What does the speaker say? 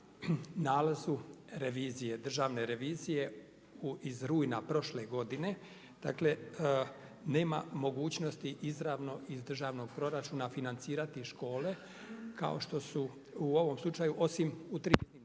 nalazu revizije, Državne revizije iz rujna prošle godine, dakle nema mogućnosti izravno iz državnog proračuna financirati škole kao što su u ovom slučaju osim u tri